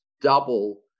double